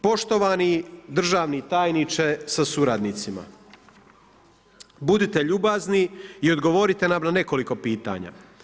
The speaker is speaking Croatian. Poštovani državni tajniče sa suradnicima, budite ljubazni i odgovorite nam na nekoliko pitanja.